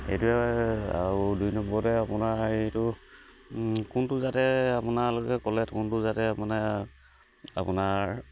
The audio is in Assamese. সেইটোৱে আৰু দুই নম্বৰতে আপোনাৰ হেৰিটো কোনটো জাতে আপোনালোকে ক'লে কোনটো জাতে মানে আপোনাৰ